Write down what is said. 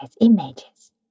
images